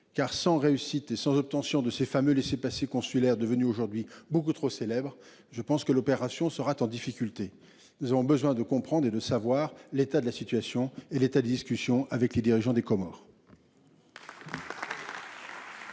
Car sans réussite et sans obtention de ces fameux laissez-passer consulaires devenue aujourd'hui beaucoup trop célèbres, je pense que l'opération se rate en difficulté. Nous avons besoin de comprendre et de savoir l'état de la situation et l'état des discussions avec les dirigeants des Comores.